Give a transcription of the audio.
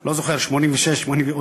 לא זוכר, 1999,